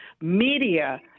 media